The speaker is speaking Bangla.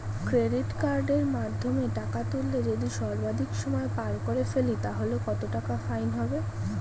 ক্রেডিট কার্ডের মাধ্যমে টাকা তুললে যদি সর্বাধিক সময় পার করে ফেলি তাহলে কত টাকা ফাইন হবে?